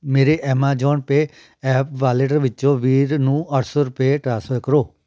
ਮੇਰੇ Amazon Pay app wallet ਵਿੱਚੋਂ ਵੀਰ ਨੂੰ ਅੱਠ ਸੌ ਰੁਪਏ ਟ੍ਰਾਂਸਫਰ ਕਰੋ